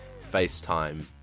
FaceTime